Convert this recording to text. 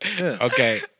Okay